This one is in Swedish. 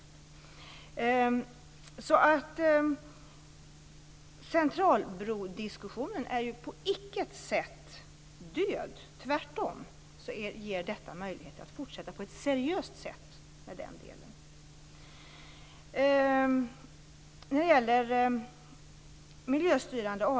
Diskussionen om Centralbron är alltså på intet sätt död. Tvärtom ger denna möjligheter att fortsätta på ett seriöst sätt med den delen.